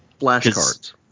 Flashcards